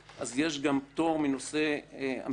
יש גם פטור מנושא המסים.